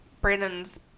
Brandon's